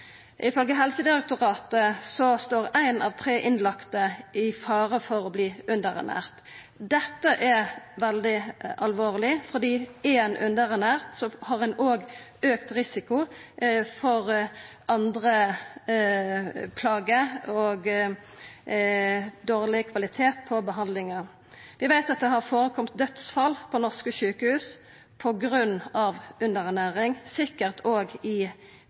Helsedirektoratet står ein av tre innlagde i fare for å verta underernært. Dette er veldig alvorleg, for er ein underernært, har ein òg auka risiko for andre plager og dårleg kvalitet på behandlinga. Vi veit at det har vore dødsfall på norske sjukehus på grunn av underernæring, sikkert òg i